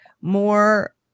more